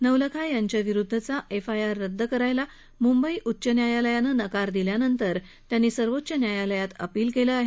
नवलखा यांच्याविरुदधचा F I R रदद करायला मुंबई उच्च न्यायालयानं नकार दिल्यानंतर त्यांनी सर्वोच्च न्यायालयात अपील केलं आहे